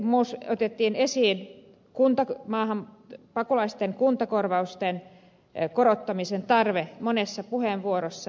tässä otettiin esiin pakolaisten kuntakorvausten korottamisen tarve monessa puheenvuorossa